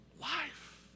life